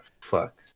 Fuck